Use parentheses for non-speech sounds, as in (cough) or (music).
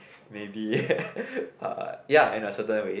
maybe (laughs) ya in a certain way